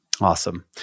Awesome